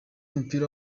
w’umupira